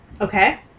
Okay